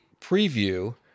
preview